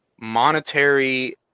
monetary